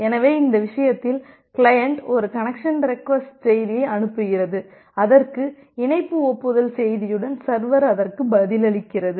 எனவே இந்த விஷயத்தில் கிளையன்ட் ஒரு கனெக்சன் ரெக்வஸ்ட் செய்தியை அனுப்புகிறது அதற்கு இணைப்பு ஒப்புதல் செய்தியுடன் சர்வர் அதற்கு பதிலளிக்கிறது